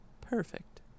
Perfect